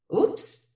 Oops